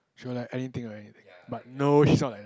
she will like anything lah anything but no she's not like that